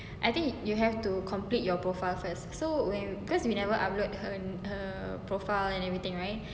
I think you have to complete your profile first so when you because we never upload her her profile or everything right